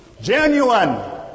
genuine